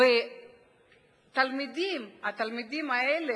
והתלמידים האלה